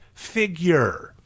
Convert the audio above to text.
figure